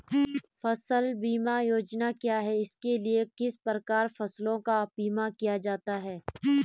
फ़सल बीमा योजना क्या है इसके लिए किस प्रकार फसलों का बीमा किया जाता है?